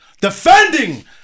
defending